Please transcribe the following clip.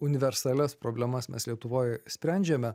universalias problemas mes lietuvoj sprendžiame